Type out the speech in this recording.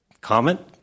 comment